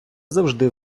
завжди